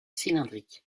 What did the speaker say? cylindrique